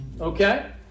Okay